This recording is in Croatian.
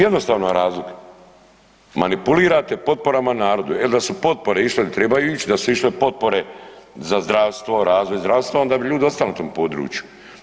Jednostavan je razlog, manipulirate potporama narodu jer da su potpore išle gdje trebaju ići, da su išle potpore za zdravstvo, razvoj zdravstva onda bi ljudi ostali u tom području.